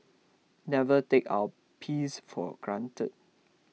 never take our peace for granted